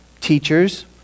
teachers